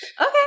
Okay